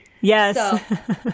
Yes